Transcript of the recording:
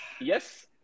Yes